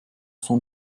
sont